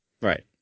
Right